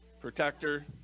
protector